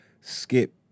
Skip